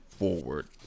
Forward